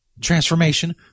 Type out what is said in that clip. transformation